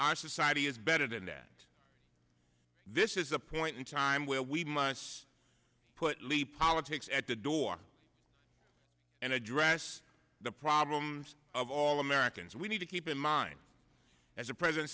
our society is better than that this is a point in time where we must put leap politics at the door and address the problems of all americans we need to keep in mind as a president